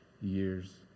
years